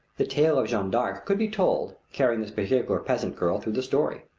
the tale of jeanne d'arc could be told, carrying this particular peasant girl through the story.